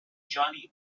johnny